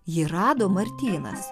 ji rado martynas